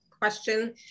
question